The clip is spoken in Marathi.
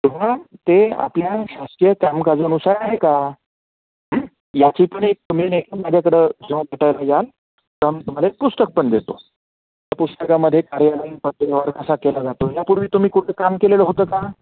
तेव्हा आपल्या शासकीय कामकाजानुसार आहे का याची पण एक तुम्ही नाही का माझ्याकडं जेव्हा भेटायला याल तेव्हा मी तुम्हाला एक पुस्तक पण देतो त्या पुस्तकामध्ये कार्यलयीन पत्रव्यवहार कासा केला जातो यापूर्वी तुम्ही कुठं काम केलेलं होतं का